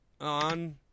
on